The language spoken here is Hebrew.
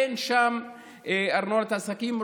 אין שם ארנונה מעסקים,